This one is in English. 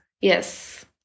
Yes